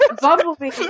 Bumblebee